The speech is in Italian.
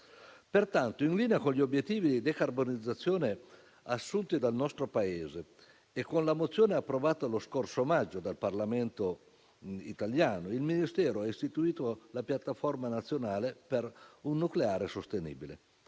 Pertanto, in linea con gli obiettivi di decarbonizzazione assunti dal nostro Paese e con la mozione approvata lo scorso maggio dal Parlamento italiano, il Ministero ha istituito la Piattaforma nazionale per un nucleare sostenibile.